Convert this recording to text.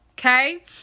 Okay